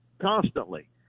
constantly